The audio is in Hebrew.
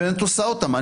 היא באמת עושה אותם.